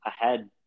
ahead